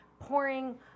pouring